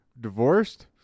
divorced